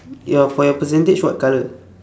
your for your percentage what colour